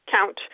count